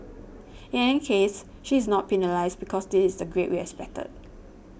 in any case she is not penalised because this is the grade we expected